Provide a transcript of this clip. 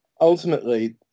Ultimately